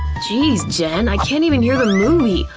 geez, jen, i can't even hear the movie.